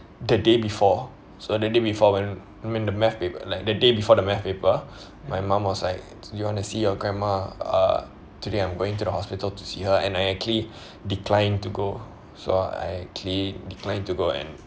the day before so the day before when I mean the math paper like the day before the math paper my mum was like you want to see your grandma uh today I'm going to the hospital to see her and I actually declined to go so I actually declined to go and